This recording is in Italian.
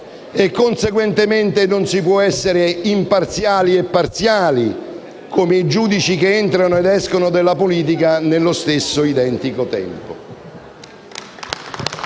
e, conseguentemente, non si può essere imparziali e parziali come i giudici che entrano ed escono dalla politica nello stesso identico tempo.